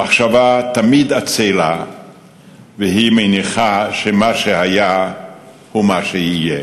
המחשבה תמיד עצלה והיא מניחה שמה שהיה הוא מה שיהיה.